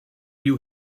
you